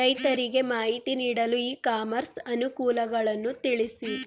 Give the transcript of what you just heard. ರೈತರಿಗೆ ಮಾಹಿತಿ ನೀಡಲು ಇ ಕಾಮರ್ಸ್ ಅನುಕೂಲಗಳನ್ನು ತಿಳಿಸಿ?